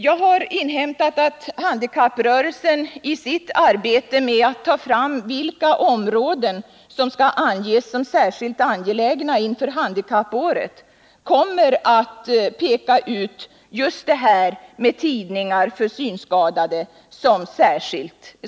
Jag har inhämtat att handikapprörelsen i sitt arbete med att ta fram vilka områden som skall anges som särskilt angelägna inför handikappåret kommer att peka ut just detta med tidningar för synskadade som ett sådant.